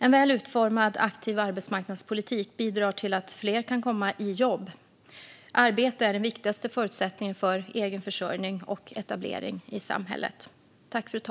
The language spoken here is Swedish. En väl utformad aktiv arbetsmarknadspolitik bidrar till att fler kan komma i jobb. Arbete är den viktigaste förutsättningen för egen försörjning och etablering i samhället.